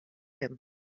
him